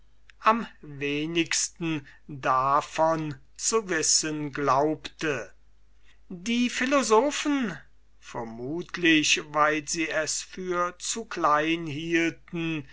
am wenigsten davon zu wissen glaubte die philosophen vermutlich weil sie es für zu klein hielten